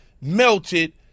melted